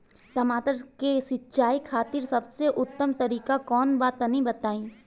टमाटर के सिंचाई खातिर सबसे उत्तम तरीका कौंन बा तनि बताई?